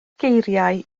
geiriau